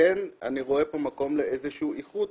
אני רואה פה מקום לאיזשהו איחוד,